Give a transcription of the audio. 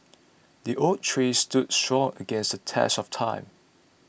the oak tree stood strong against the test of time